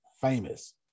famous